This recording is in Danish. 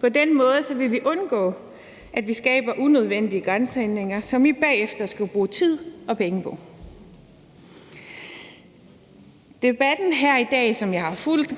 På den måde vil vi undgå, at vi skaber unødvendige grænsehindringer, som vi bagefter skal bruge tid og penge på. Debatten her i dag, som jeg har fulgt,